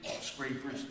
scrapers